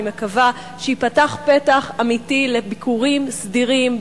מקווה שייפתח פתח אמיתי לביקורים סדירים,